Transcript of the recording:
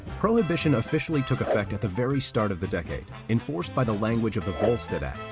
prohibition officially took effect at the very start of the decade, enforced by the language of the volstead act,